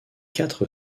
quatre